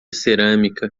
cerâmica